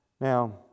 Now